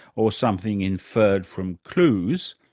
or something inferred from clues,